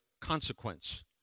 consequence